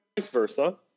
versa